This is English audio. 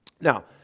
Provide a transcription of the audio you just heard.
Now